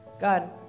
God